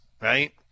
right